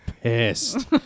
pissed